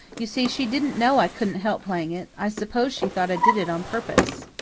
you see, she didn't know i couldn't help playing it. i suppose she thought i did it on purpose.